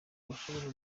bashobora